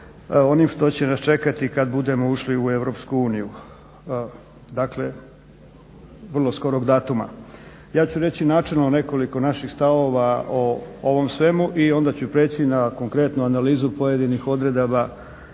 onim što će nas čekati kad budemo ušli u EU. Dakle, vrlo skorog datuma. Ja ću reći načelno nekoliko naših stavova o ovom svemu i onda ću prijeći na konkretnu analizu pojedinih odredaba